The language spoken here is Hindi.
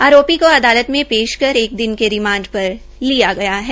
आरोपी को अदालत मे पेश कर एक दिन के रिमांड पर लिया गया है